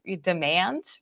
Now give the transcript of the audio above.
demand